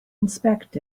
inspect